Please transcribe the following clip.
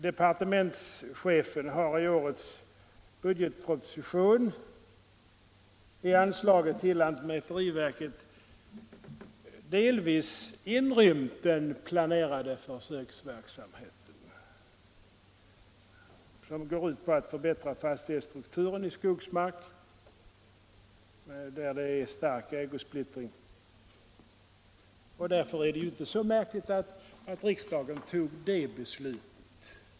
Departementschefen har i årets budgetproposition i anslaget till lantmäteriverket delvis inrymt den planerade försöksverksamheten som går ut på att förbättra fastighetsstrukturen i skogsmark där det är stark ägosplittring, och därför är det ju inte så märkligt att riksdagen i år fattat ett sådant beslut.